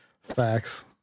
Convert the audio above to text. Facts